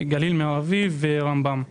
גליל מערבי ורמב"ם.